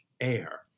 air